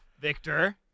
Victor